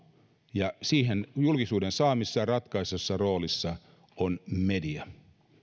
ja julkisuuden saamisessa ratkaisevassa roolissa on media